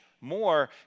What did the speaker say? more